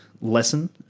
lesson